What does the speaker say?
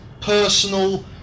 personal